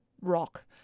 rock